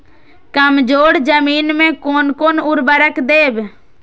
कमजोर जमीन में कोन कोन उर्वरक देब?